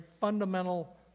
fundamental